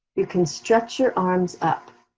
you can stretch your arms up,